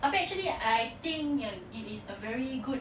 tapi actually I think yang if it is a very good